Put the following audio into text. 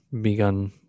begun